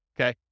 okay